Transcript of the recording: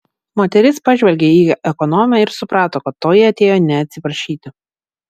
moteris pažvelgė į ekonomę ir suprato kad toji atėjo ne atsiprašyti